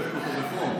לחבק אותו בחום.